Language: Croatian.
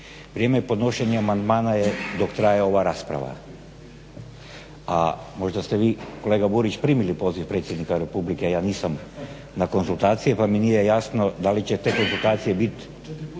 Vrijeme podnošenja amandmana je dok traje ova rasprava, a možda ste vi kolega Burić primili poziv predsjednika Republike a ja nisam na konzultaciji pa mi nije jasno da li će te konzultacije biti